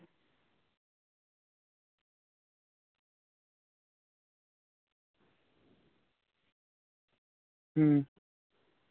ᱦᱩᱸ